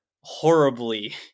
horribly